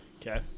Okay